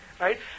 right